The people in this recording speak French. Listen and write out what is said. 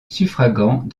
suffragant